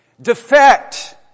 Defect